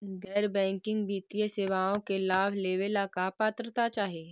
गैर बैंकिंग वित्तीय सेवाओं के लाभ लेवेला का पात्रता चाही?